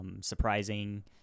surprising